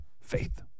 Faith